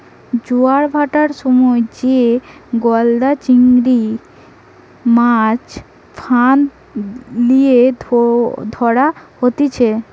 জোয়ার ভাঁটার সময় যে গলদা চিংড়ির, মাছ ফাঁদ লিয়ে ধরা হতিছে